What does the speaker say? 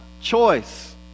choice